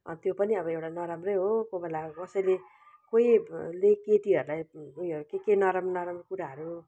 त्यो पनि अब एउटा नराम्रै हो कोही बेला कसैले कोहीले केटीहरूलाई उयो के के नराम्रो नराम्रो कुराहरू